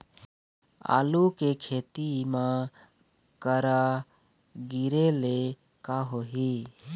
आलू के खेती म करा गिरेले का होही?